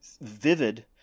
vivid